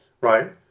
right